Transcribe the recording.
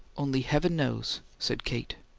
only heaven knows, said kate.